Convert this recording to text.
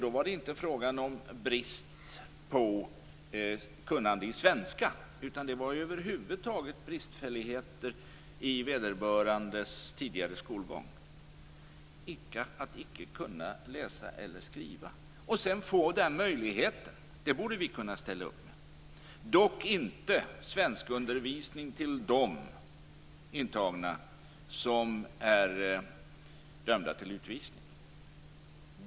Det är då inte fråga om bristande kunskaper i svenska, utan över huvud taget bristfälligheter i vederbörandes tidigare skolgång. Att icke kunna läsa eller skriva, och sedan få den möjligheten! Det borde vi kunna ställa upp med. Det gäller dock inte svenskundervisning till de intagna som är dömda till utvisning.